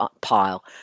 pile